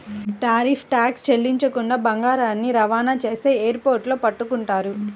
tariff tax చెల్లించకుండా బంగారాన్ని రవాణా చేస్తే ఎయిర్ పోర్టుల్లో పట్టుకుంటారు